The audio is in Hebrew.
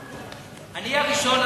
אני הראשון,